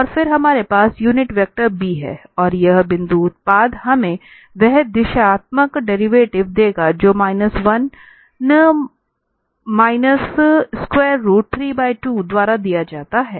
और फिर हमारे पास यूनिट वेक्टर b है और यह बिंदु उत्पाद हमें वह दिशात्मक डेरिवेटिव देगा जो माइनस 1 माइनस स्क्वायर रूट 32 द्वारा दिया जाता है